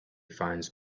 finds